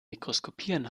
mikroskopieren